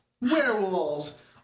Werewolves